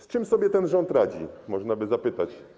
Z czym sobie ten rząd radzi, można by zapytać.